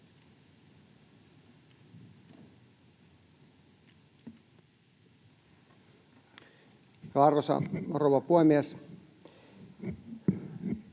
Arvoisa rouva puhemies!